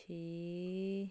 ਛੇ